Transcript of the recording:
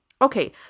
okay